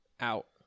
out